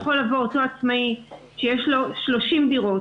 יכול לבוא אותו עצמאי שיש לו 30 דירות,